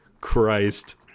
Christ